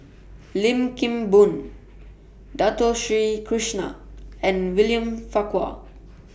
Lim Kim Boon Dato Sri Krishna and William Farquhar